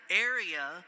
area